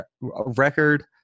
record